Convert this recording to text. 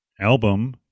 album